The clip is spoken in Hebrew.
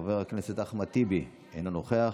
חבר הכנסת אחמד טיבי, אינו נוכח.